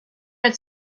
it’s